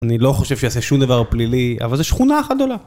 אני לא חושב שהוא יעשה שום דבר פלילי, אבל זה שכונה אחת גדולה.